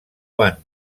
van